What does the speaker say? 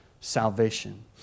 salvation